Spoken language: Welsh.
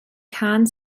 cân